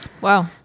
Wow